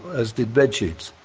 as did bed sheets.